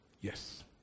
Yes